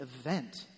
event